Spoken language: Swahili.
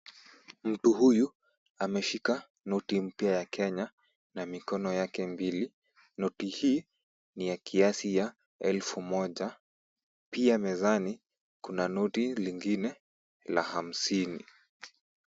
Mtu huyu ameshika noti mpya ya Kenya na mikono yake mbili. Noti hii ni ya kiasi ya elfu moja. Pia mezani kuna noti lingine la hamsini.